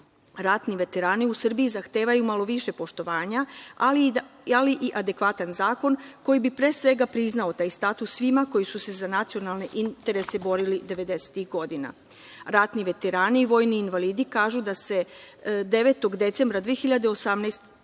veterani u Srbiji zahtevaju malo više poštovanja, ali i adekvatan zakon koji bi pre svega priznao taj status svima koji su se za nacionalne interese borili devedesetih godina. Ratni veterani i vojni invalidi kažu da se 9. decembra 2018.